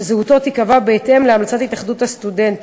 שזהותו תיקבע בהתאם להמלצת התאחדות הסטודנטים.